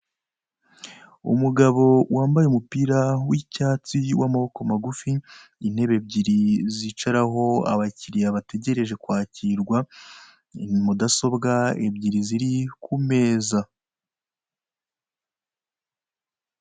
Umugabo wambaye umupira w'icyatsi w'amaboko magufi intebe ebyiri zicaraho abakiriya bategereje kwakirwa mudasobwa ebyiri ziri ku meza.